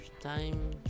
time